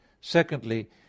Secondly